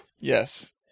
Yes